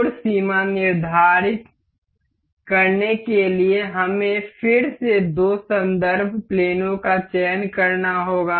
कोण सीमा निर्धारित करने के लिए हमें फिर से दो संदर्भ प्लेनों का चयन करना होगा